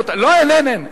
לא, אין, אין.